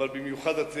אבל במיוחד אתם,